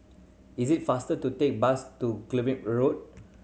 is it faster to take bus to Guillemard Road